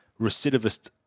recidivist